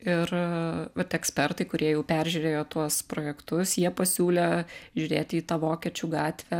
ir vat ekspertai kurie jau peržiūrėjo tuos projektus jie pasiūlė žiūrėti į tą vokiečių gatvę